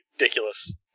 ridiculous